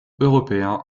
européens